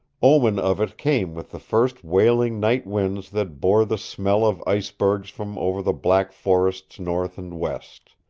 omen of it came with the first wailing night winds that bore the smell of icebergs from over the black forests north and west.